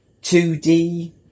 2d